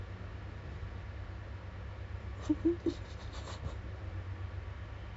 this is good because for people like me which is I'm like I'm like uh introvert so I don't